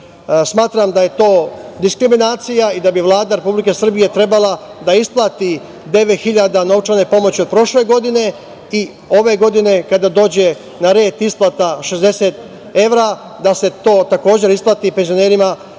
BiH.Smatram da je to diskriminacija i da bi Vlada Republike Srbije trebala da isplati 9.000 novčane pomoći od prošle godine i ove godine, kada dođe na red isplata 60 evra, da se to takođe isplati penzionerima